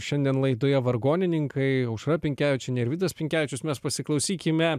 šiandien laidoje vargonininkai aušra pinkevičienė ir vidas pinkevičius mes pasiklausykime